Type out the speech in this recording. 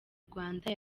rwanda